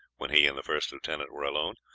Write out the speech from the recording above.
when he and the first lieutenant were alone.